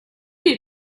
you